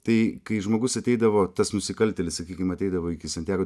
tai kai žmogus ateidavo tas nusikaltėlis sakykim ateidavo iki santjago